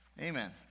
Amen